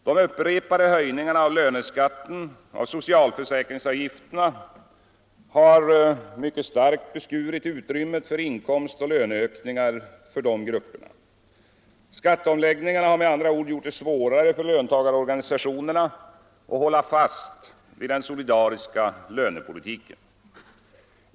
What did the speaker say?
De upprepade höjningarna av löneskatten och av socialförsäkringsavgifterna har mycket starkt beskurit utrymmet för inkomstoch löneökningar för dessa grupper. Skatteomläggningarna har med andra ord gjort det svårare för löntagarorganisationerna att hålla fast vid den solidariska lönepolitiken.